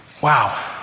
Wow